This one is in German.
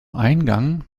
eingang